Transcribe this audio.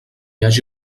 hagi